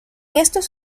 estos